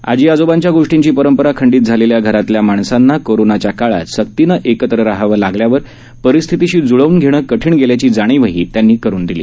आजी आजोबांच्या गोष्टींची पारंपरा खंडित झालेल्या घरांतल्या माणसांना कोरोनाच्या काळात सक्तीनं एकत्र राहावं लागल्यावर परिस्थितीशी जुळवून घेणं कठीण गेल्याची जाणीव त्यांनी करून दिली